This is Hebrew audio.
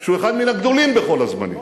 שהוא אחד מן הגדולים בכל הזמנים.